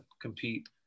compete